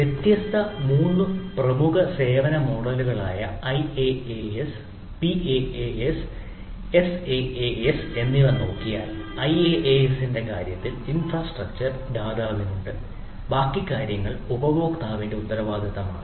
വ്യത്യസ്ത 3 പ്രമുഖ സേവന മോഡലുകളായ IaaS PaaS SaaS എന്നിവ നോക്കിയാൽ ഐഎഎസിന്റെ കാര്യത്തിൽ ഇൻഫ്രാസ്ട്രക്ചർ ദാതാവിനുണ്ട് ബാക്കി കാര്യങ്ങൾ ഉപഭോക്താവിന്റെ ഉത്തരവാദിത്തമാണ്